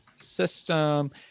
system